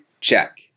check